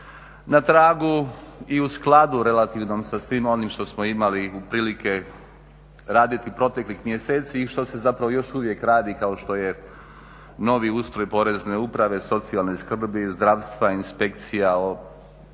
na tragu i u skladu relativnom sa svim onim što smo imali u prilike raditi proteklih mjeseci i što se zapravo još uvijek radi kao što je novi ustroj porezne uprave, socijalne skrbi, zdravstva, inspekcija, sudova,